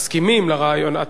קיבלת תשובה בינתיים,